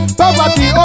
poverty